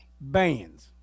Bands